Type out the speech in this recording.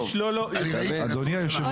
היא יכולה לשלול לו --- כבוד היו"ר,